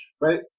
right